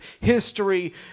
history